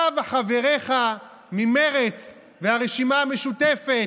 אתה וחבריך ממרצ והרשימה המשותפת,